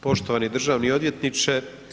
Poštovani državni odvjetniče.